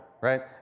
Right